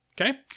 Okay